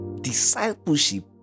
discipleship